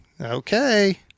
okay